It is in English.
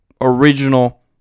original